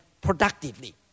productively